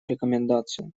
рекомендацию